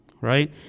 right